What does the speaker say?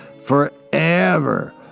forever